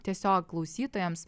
tiesiog klausytojams